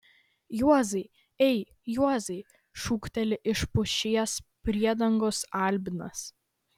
juozai ei juozai šūkteli iš pušies priedangos albinas